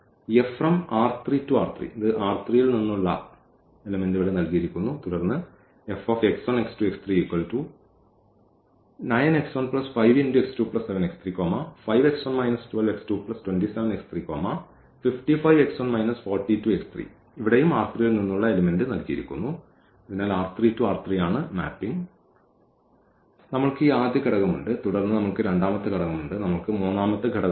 ഈ ഇത് ൽ നിന്നുള്ള ഈ എലിമെൻറ് ഇവിടെ നൽകിയിരിക്കുന്നു തുടർന്ന് ഇവിടെയും ൽ നിന്നുള്ള എലിമെൻറ് നൽകിയിരിക്കുന്നു നമ്മൾക്ക് ഈ ആദ്യ ഘടകം ഉണ്ട് തുടർന്ന് നമ്മൾക്ക് രണ്ടാമത്തെ ഘടകം ഉണ്ട് നമ്മൾക്ക് മൂന്നാമത്തെ ഘടകം ഉണ്ട്